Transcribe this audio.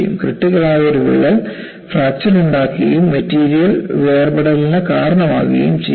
critical ആയ ഒരു വിള്ളൽ ഫ്രാക്ചർ ഉണ്ടാക്കുകയും മെറ്റീരിയൽ വേർപെടലിന് കാരണമാവുകയും ചെയ്യും